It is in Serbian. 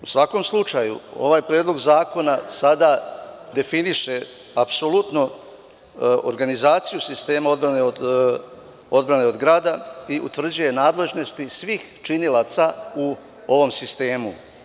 U svakom slučaju, ovaj Predlog zakona sada definiše apsolutno organizaciju sistema odbrane od grada i utvrđuje nadležnosti svih činilaca u ovom sistemu.